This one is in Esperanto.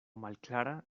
malklara